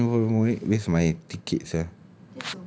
later he vomit vomit vomit waste my ticket sia